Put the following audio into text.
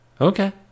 okay